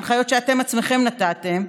ההנחיות שאתם עצמכם נתתם,